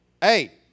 Hey